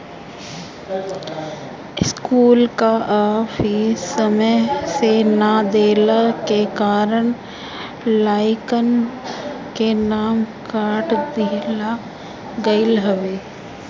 school कअ fees समय से ना देहला के कारण लइकन के नाम काट दिहल गईल हवे